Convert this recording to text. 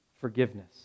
forgiveness